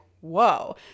whoa